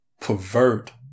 pervert